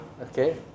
okay